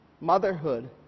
Motherhood